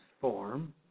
form